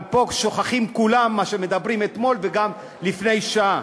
אבל פה כולם שוכחים מה שאמרו אתמול, וגם לפני שעה.